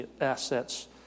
assets